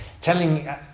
telling